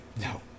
No